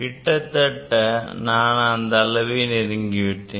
கிட்டத்தட்ட நான் அந்த அளவை நெருங்கி விட்டேன்